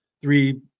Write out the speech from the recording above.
three